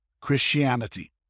Christianity